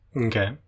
Okay